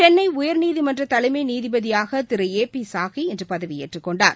சென்னை உயர்நீதிமன்ற தலைமை நீதிபதியாக திரு ஏ பி சாஹி இன்று பதவியேற்று கொண்டார்